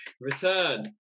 Return